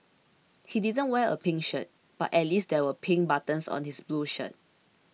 he didn't wear a pink shirt but at least there were pink buttons on his blue shirt